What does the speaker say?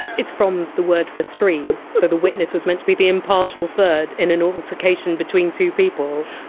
it's from the word for! three, so the witness was meant to be the impartial third in an altercation between two people.